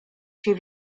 się